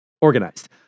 organized